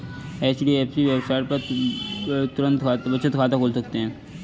HDFC bank के website पर तुरंत बचत खाता खोल सकते है